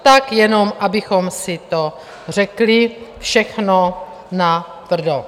Tak jenom abychom si to řekli všechno natvrdo.